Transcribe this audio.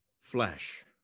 Flesh